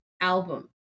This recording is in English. album